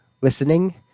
listening